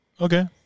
Okay